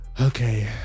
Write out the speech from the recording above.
okay